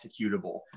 executable